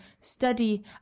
study